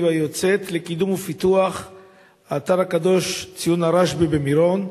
היוצאת לקידום ופיתוח של האתר הקדוש ציון הרשב"י במירון,